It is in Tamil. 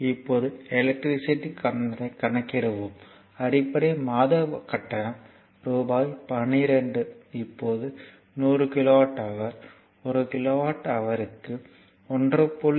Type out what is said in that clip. இப்போது எலக்ட்ரிசிட்டி கட்டணத்தை கணக்கிடுவோம் அடிப்படை மாத கட்டணம் ரூபாய் 12 இப்போது 100 கிலோவாட் ஹவர் ஒரு கிலோவாட் ஹவர்க்கு 1